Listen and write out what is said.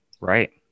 Right